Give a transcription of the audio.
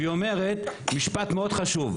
והיא אומרת משפט מאוד חשוב,